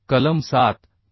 तर कलम 7